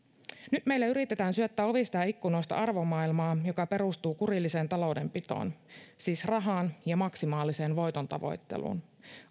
nyt meille yritetään syöttää ovista ja ikkunoista arvomaailmaa joka perustuu kurilliseen taloudenpitoon siis rahaan ja maksimaaliseen voitontavoitteluun